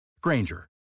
Granger